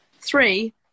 three